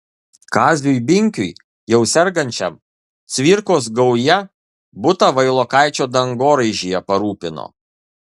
kaziui binkiui jau sergančiam cvirkos gauja butą vailokaičio dangoraižyje parūpino